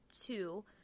two